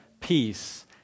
Peace